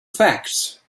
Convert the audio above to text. facts